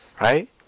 right